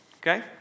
Okay